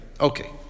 Okay